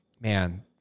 man